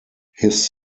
his